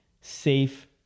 safe